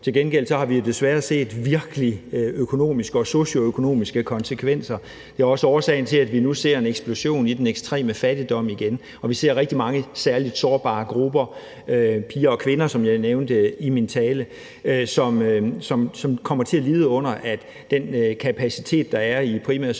Til gengæld har vi jo desværre virkelig set økonomiske og socioøkonomiske konsekvenser. Det er også årsagen til, at vi nu ser en eksplosion i den ekstreme fattigdom igen og vi ser rigtig mange særlig sårbare grupper år – piger og kvinder, som jeg nævnte i min tale – som kommer til at lide under, at den kapacitet, der er i den primære